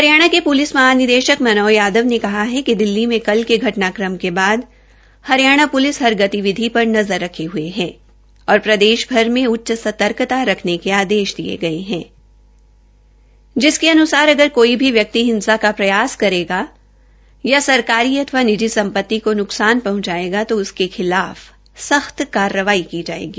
हरियाणा के प्लिस महानिदेशक मनोज यादव ने कहा कि दिल्ली में कल के घटनाक्रम के बाद हरियाणा प्लिस हर गतिविधि पर नज़र रख हये है और प्रदेशभर में उच्च सर्तकता रख्ने के आदेश दिये गये है जिसके अनुसार अगर कोई भी व्यक्ति हिंसा का प्रयास करेगा या सरकारी अथवा निजी सम्पति को नुकसान पहंचायेगा तो उसके खिलाफ सख्त कार्रवाई की जायेगी